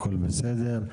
הכול בסדר.